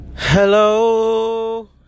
Hello